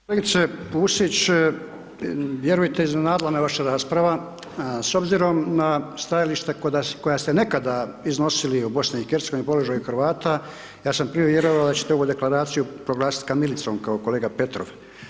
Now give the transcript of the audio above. Kolegice Pusić, vjerujte, iznenadila me vaša rasprava, s obzirom na stajališta koja ste nekada iznosili o BiH i položaju Hrvata, ja sam prije vjerovao da ćete ovu Deklaraciju proglasiti kamilicom kao kolega Petrov.